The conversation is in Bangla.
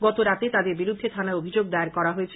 গতরাতে তাদের বিরুদ্ধে থানায় অভিযোগ দায়ের করা হয়েছে